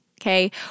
Okay